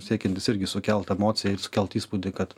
siekiantis irgi sukelt emociją ir sukeltų įspūdį kad